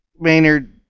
Maynard